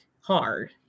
hard